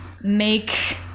make